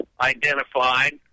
identified